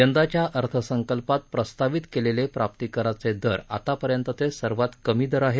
यंदाच्या अर्थसंकल्पात प्रस्तावित केलेले प्राप्तीकराचे दर आतापर्यंतचे सर्वात कमी दर आहेत